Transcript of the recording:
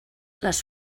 les